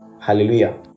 Hallelujah